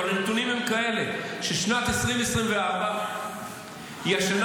אבל הנתונים הם כאלה ששנת 2024 היא השנה